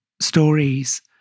stories